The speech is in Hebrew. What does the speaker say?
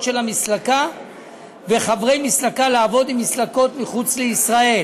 של המסלקה וחברי מסלקה לעבוד עם מסלקות מחוץ לישראל